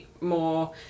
more